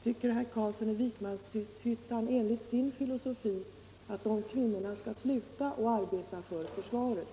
Tycker herr Carlsson i Vikmanshyttan enligt sin filosofi att de kvinnorna skall sluta arbeta för försvaret?